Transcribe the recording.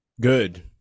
Good